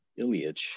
Ilyich